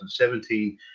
2017